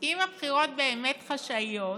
אם הבחירות באמת חשאיות,